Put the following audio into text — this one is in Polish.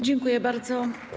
Dziękuję bardzo.